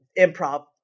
improv